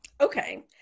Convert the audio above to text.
Okay